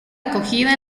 acogida